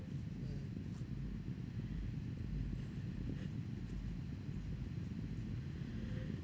mm